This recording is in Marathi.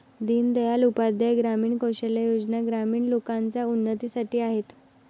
दीन दयाल उपाध्याय ग्रामीण कौशल्या योजना ग्रामीण लोकांच्या उन्नतीसाठी आहेत